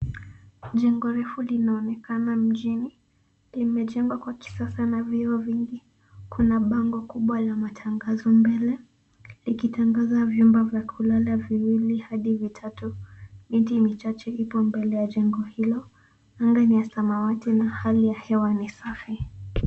Jengo refu linaonekana mjini, limejengwa kwa kisasa na vioo vingi. Kuna bango kubwa la matangazo mbele, likitangaza vyumba vya kulala viwili hadi vitatu. Miti michache ipo mbele ya jengo hilo . Anga ni ya samawati na hali ya hewa ni safi.